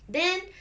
then